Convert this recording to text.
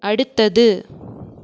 அடுத்தது